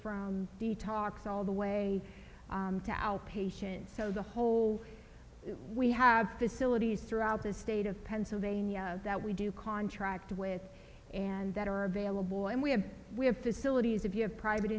from detox all the way to outpatient so the whole we have facilities throughout the state of pennsylvania that we do contract with and that are available and we have we have facilities if you have private